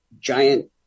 giant